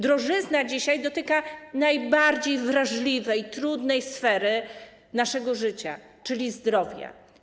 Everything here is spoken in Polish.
Drożyzna dzisiaj dotyka najbardziej wrażliwej, trudnej sfery naszego życia, czyli zdrowia.